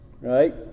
right